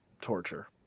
torture